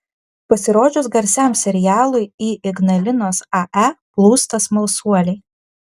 pasirodžius garsiam serialui į ignalinos ae plūsta smalsuoliai